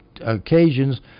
occasions